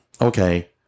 Okay